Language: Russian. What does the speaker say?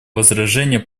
возражения